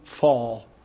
fall